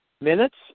minutes